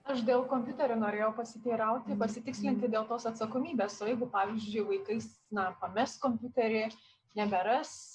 aš dėl kompiuterio norėjau pasiteirauti pasitikslinti dėl tos atsakomybės o jeigu pavyzdžiui vaikais na pames kompiuterį neberas